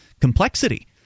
Complexity